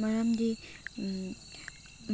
ꯃꯔꯝꯗꯤ